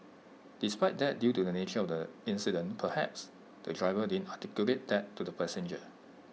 despite that due to the nature of the incident perhaps the driver didn't articulate that to the passenger